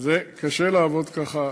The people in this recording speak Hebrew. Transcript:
קשה לעבוד כך.